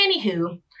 Anywho